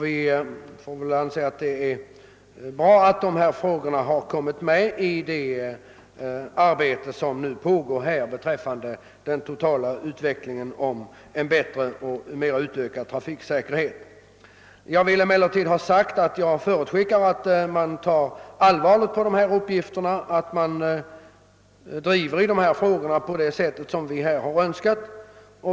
Vi får väl anse att det är bra att dessa frågor kommit med i den utredning som nu pågår om en bättre trafiksäkerhet. Jag förutsätter emellertid att man tar allvarligt på dessa uppgifter och att man driver dessa frågor på det sätt som vi önskar.